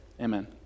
Amen